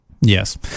Yes